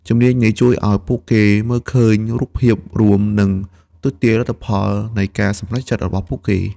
ជំនាញនេះជួយឲ្យពួកគេមើលឃើញរូបភាពរួម និងទស្សន៍ទាយលទ្ធផលនៃការសម្រេចចិត្តរបស់ពួកគេ។